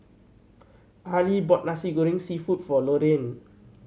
Arely bought Nasi Goreng Seafood for Loraine